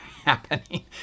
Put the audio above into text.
Happening